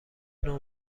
نوع